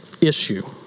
issue